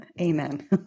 amen